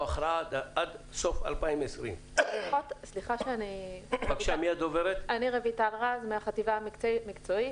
הכרעה עד סוף 2020. אני מהחטיבה המקצועית,